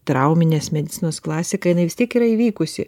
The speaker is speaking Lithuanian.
trauminės medicinos klasika jinai vis tiek yra įvykusi